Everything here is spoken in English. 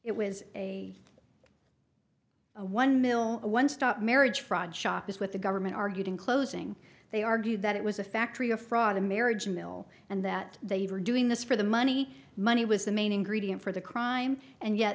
it was a one mil one stop marriage fraud shop is what the government argued in closing they argued that it was a factory a fraud a marriage mill and that they were doing this for the money money was the main ingredient for the crime and yet